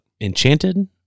Enchanted